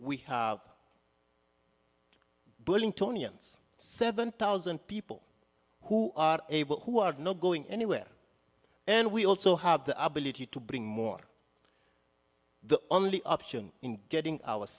we have billing tony and seven thousand people who are able who are not going anywhere and we also have the ability to bring more the only option in getting